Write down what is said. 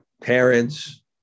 parents